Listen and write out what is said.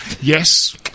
Yes